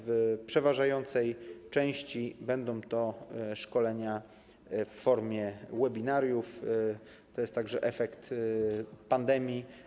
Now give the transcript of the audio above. W przeważającej części będą to szkolenia w formie webinariów, to jest także efekt pandemii.